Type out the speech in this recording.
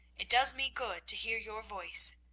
it does me good to hear your voice.